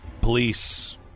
Police